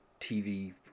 TV